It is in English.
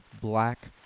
black